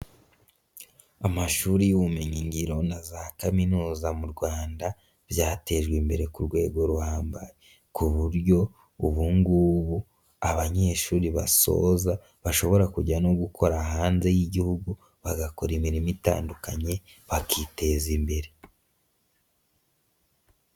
Amashuri y'ubumenyi ngiro na za Kaminuza mu Rwanda, byatejwe imbere ku rwego ruhambaye, ku buryo ubu ngubu abanyeshuri basoza bashobora kujya no gukora hanze y'igihugu, bagakora imirimo itandukanye bakiteza imbere.